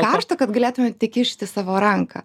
karšta kad galėtume tik kišti savo ranką